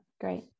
great